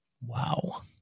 Wow